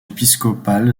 épiscopal